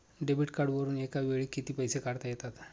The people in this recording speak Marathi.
डेबिट कार्डवरुन एका वेळी किती पैसे काढता येतात?